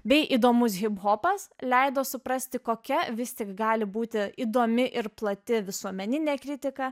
bei įdomus hiphopas leido suprasti kokia vis tik gali būti įdomi ir plati visuomeninė kritika